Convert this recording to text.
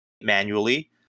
manually